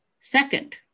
Second